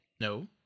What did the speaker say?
No